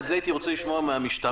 את זה הייתי רוצה לשמוע מהמשטרה,